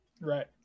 Right